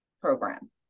program